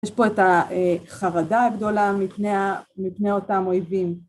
יש פה את החרדה הגדולה מפני אותם אויבים.